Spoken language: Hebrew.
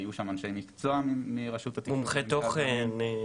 היו שם אנשי מקצוע מרשות -- מומחי תוכן.